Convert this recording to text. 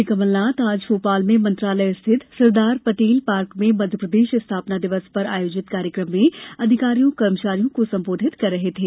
श्री कमल नाथ आज भोपाल में मंत्रालय स्थित सरदार पटेल पार्क में मध्यप्रदेश स्थापना दिवस पर आयोजित कार्यक्रम में अधिकारियों कर्मचारियों को संबोधित कर रहे थे